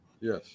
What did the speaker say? Yes